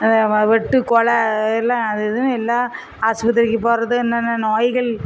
ஆமாம் வெட்டு கொலை எல்லாம் அது இதுன்னு எல்லாம் ஆஸ்பத்திரிக்கு போகிறது என்னென்ன நோய்கள்